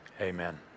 amen